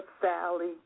Sally